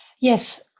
Yes